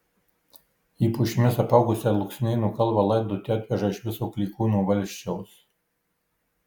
į pušimis apaugusią luksnėnų kalvą laidoti atveža iš viso klykūnų valsčiaus